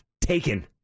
Taken